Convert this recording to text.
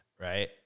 right